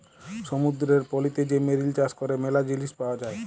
সমুদ্দুরের পলিতে যে মেরিল চাষ ক্যরে ম্যালা জিলিস পাওয়া যায়